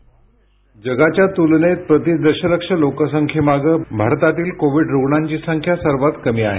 ध्वनी जगाच्या तुलनेत प्रति दशलक्ष लोकसंख्येमागे भारतातील कोविड रुग्णांची संख्या सर्वात कमी आहे